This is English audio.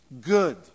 good